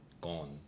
gone